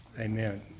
Amen